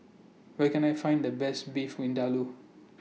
Where Can I Find The Best Beef Vindaloo